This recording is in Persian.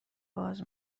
باز